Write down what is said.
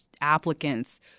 applicants